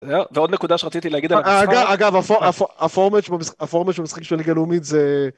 ועוד נקודה שרציתי להגיד עליה אגב, אגב, הפורמצ' במשחק של ליגה לאומית זה...